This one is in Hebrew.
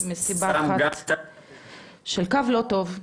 מסיבה של קו לא טוב.